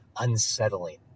unsettling